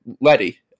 Letty